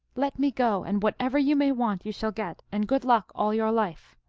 let me go, and whatever you may want you shall get, and good luck all your life.